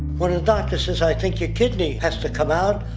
when a doctor says, i think your kidney has to come out,